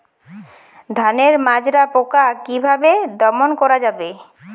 ধানের মাজরা পোকা কি ভাবে দমন করা যাবে?